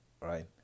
right